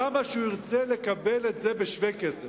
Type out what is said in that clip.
למה שהוא ירצה לקבל את זה בשווה כסף?